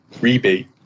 rebate